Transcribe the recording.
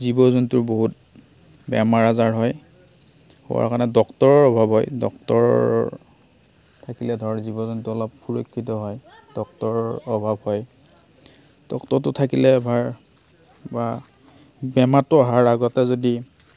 জীৱ জন্তুৰ বহুত বেমাৰ আজাৰ হয় হোৱাৰ কাৰণে ডক্তৰৰ অভাৱ হয় ডক্তৰ থাকিলে ধৰ জীৱ জন্তু অলপ সুৰক্ষিত হয় ডক্তৰৰ অভাৱ হয় ডক্তৰটো থাকিলে ভাল বা বেমাৰটো অহাৰ আগতে যদি